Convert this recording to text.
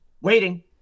waiting